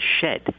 shed